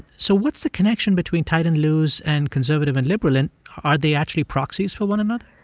so what's the connection between tight and loose and conservative and liberal? and are they actually proxies for one another?